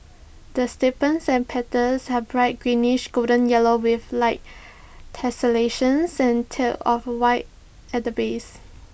the sepals and petals are bright greenish golden yellow with light tessellations and tinge of white at the base